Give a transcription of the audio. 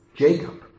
Jacob